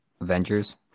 Avengers